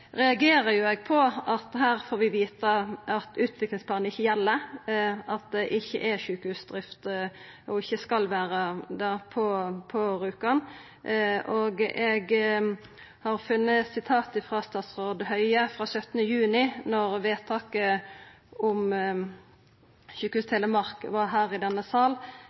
reagerer eg på at her får vi vita at utviklingsplanen ikkje gjeld, at det ikkje er sjukehusdrift, og ikkje skal vera det, på Rjukan. Eg har funne eit sitat frå statsråd Høie frå 17. juni 2014, da vedtaket om Sjukehuset Telemark vart gjort her i denne